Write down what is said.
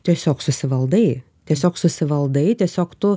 tiesiog susivaldai tiesiog susivaldai tiesiog tu